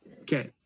Okay